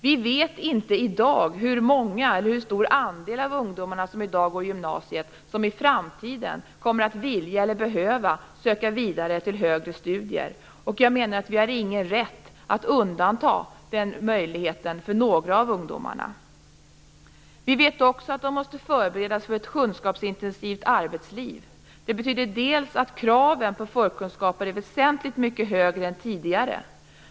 Vi vet inte i dag hur stor andel av de ungdomar som i dag går på gymnasiet som i framtiden kommer att vilja eller behöva söka vidare till högre studier, och jag menar att vi inte har rätt att undanta den möjligheten för några av ungdomarna. Vi vet att ungdomarna måste förberedas för ett kunskapsintensivt arbetsliv. Det betyder att kraven på förkunskaper är väsentligt mycket högre än tidigare.